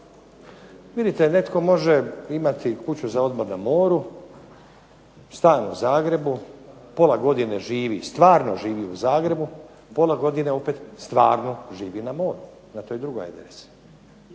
Vidite, netko može imati kuću za odmor na moru, stan u Zagrebu, pola godine živi, stvarno živi u Zagrebu, pola godine opet stvarno živi na moru na toj drugoj adresi.